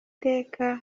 teka